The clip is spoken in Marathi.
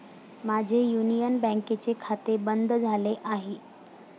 माझे युनियन बँकेचे खाते बंद झाले आहे